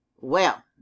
Well